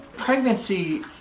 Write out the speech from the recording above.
Pregnancy